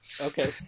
Okay